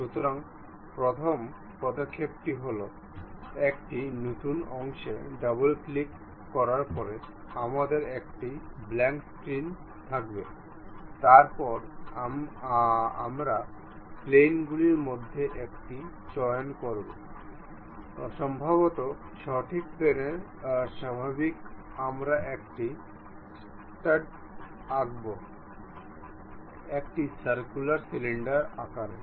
সুতরাং প্রথম পদক্ষেপটি একটি নতুন অংশে ডাবল ক্লিক করার পরে আমাদের একটি ব্ল্যাঙ্ক স্ক্রিন থাকবে তারপরে আমরা প্লেন গুলির মধ্যে একটি চয়ন করি সম্ভবত সঠিক প্লেনের স্বাভাবিক আমরা একটি স্টাড আঁকব একটি সার্কুলার সিলিন্ডার আকারে